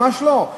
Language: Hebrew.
ממש לא.